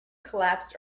collapsed